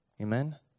Amen